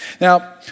Now